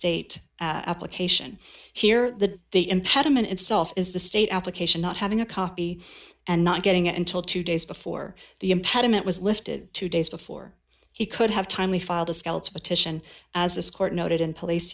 state application here that they impediment itself is the state application not having a copy and not getting it until two days before the impediment was lifted two days before he could have timely filed a skeleton petition as this court noted in place